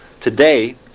Today